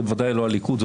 בוודאי לא הליכוד.